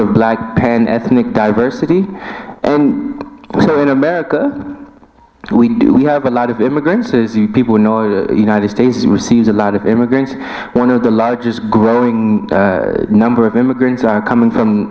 of black band ethnic diversity and so in america we have a lot of immigrants as you people know united states who seems a lot of immigrants one of the largest growing number of immigrants are coming from